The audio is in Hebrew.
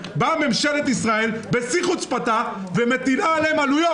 באה ממשלת ישראל בשיא חוצפתה ומטילה עליהם עלויות.